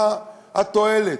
מה התועלת?